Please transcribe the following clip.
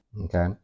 Okay